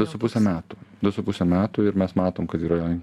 du su puse metų du su puse metų ir mes matom kad yra